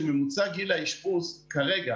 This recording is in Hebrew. הנשמה, צוותים, מיטות אשפוז וכן הלאה.